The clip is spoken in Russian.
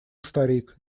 старик